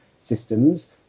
systems